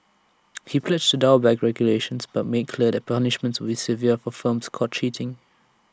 he pledged to dial back regulations but made clear that punishments would severe for firms caught cheating